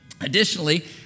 Additionally